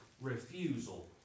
refusal